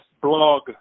blog